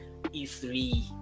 E3